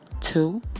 Two